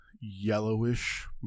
yellowish